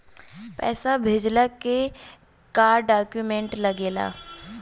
पैसा भेजला के का डॉक्यूमेंट लागेला?